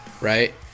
right